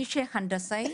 מי שהנדסאי,